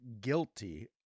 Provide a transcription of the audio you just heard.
guilty